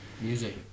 Music